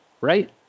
right